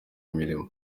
imirimo